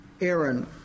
Aaron